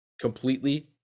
completely